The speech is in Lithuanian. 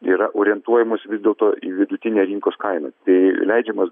yra orientuojamos vis dėlto į vidutinę rinkos kainą tai leidžiamas